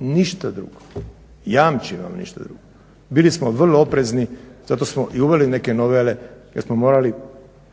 ništa drugo, jamči vam ništa drugo. Bili smo vrlo oprezni, zato smo i uveli neke novele jer smo morali